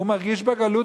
הוא מרגיש בגלות,